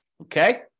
Okay